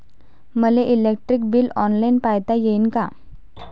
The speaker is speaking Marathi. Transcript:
मले इलेक्ट्रिक बिल ऑनलाईन पायता येईन का?